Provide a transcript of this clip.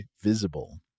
Visible